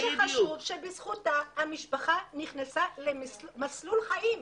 בזכותה המשפחה נכנסה למסלול חיים.